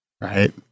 Right